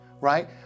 right